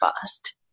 fast